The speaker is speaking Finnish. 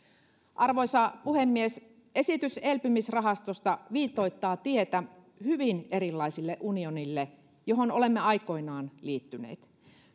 arvoisa puhemies esitys elpymisrahastosta viitoittaa tietä hyvin erilaiselle unionille kuin johon olemme aikoinaan liittyneet